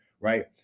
right